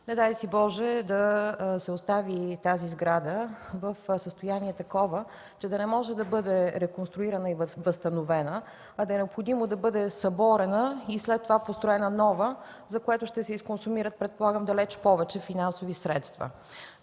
Не дай си Боже, да се остави тази сграда в такова състояние, че да не може да бъде реконструирана и възстановена, а да е необходимо да бъде съборена, и след това – построена нова, за което ще се изконсумират, предполагам, далеч повече финансови средства.